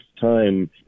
time